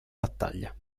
battaglia